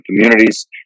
communities